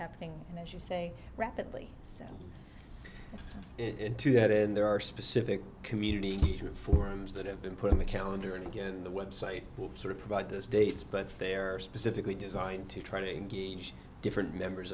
happening and as you say rapidly send it to that in there are specific community forums that have been put on the calendar and again the website will sort of provide those dates but there are specifically designed to try to engage different members